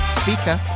speaker